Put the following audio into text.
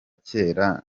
kera